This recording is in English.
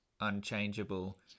unchangeable